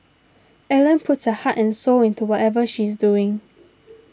Ellen puts her heart and soul into whatever she's doing